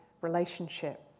relationship